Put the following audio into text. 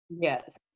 Yes